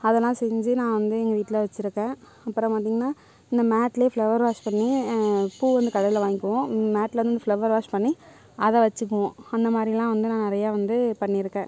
அதெல்லாம் செஞ்சு நான் வந்து எங்கள் வீட்டில் வெச்சுருக்கேன் அப்புறம் பார்த்திங்கன்னா இந்த மேட்டிலயே ஃபிளவர் வாஷ் பண்ணி நாங்கள் பூ அந்த கடையில் வாங்கிக்குவோம் மேட்டில் வந்து ஃபிளவர் வாஷ் பண்ணி அதை வெச்சுப்போம் அந்த மாதிரிலாம் வந்து நிறையா வந்து பண்ணியிருக்கேன்